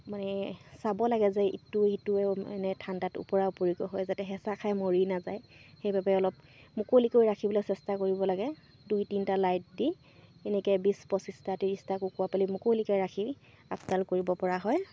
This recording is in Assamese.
মানে চাব লাগে যে ইটো সিটোৱে মানে ঠাণ্ডাত ওপৰৰ উপৰিকৈ হয় যাতে হেঁচা খাই মৰি নাযায় সেইবাবে অলপ মুকলিকৈ ৰাখিবলৈ চেষ্টা কৰিব লাগে দুই তিনিটা লাইট দি এনেকৈ বিছ পঁচিছটা ত্ৰিছটা কুকুৰা পোৱালি মুকলিকৈ ৰাখি আপডাল কৰিব পৰা হয়